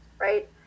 Right